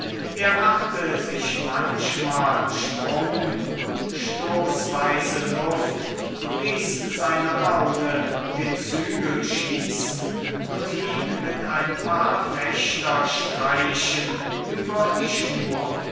er machte sich manchmal sprung und stoßweise luft ließ seiner laune den zügel schießen und hieb mit ein paar fechterstreichen über die schnur